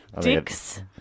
Dicks